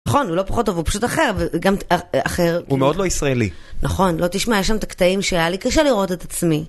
נכון, הוא לא פחות טוב, הוא פשוט אחר, וגם... אחר. הוא מאוד לא ישראלי. נכון, לא תשמע יש שם את הקטעים שהיה לי קשה לראות את עצמי.